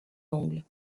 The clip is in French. langues